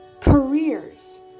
careers